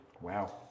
Wow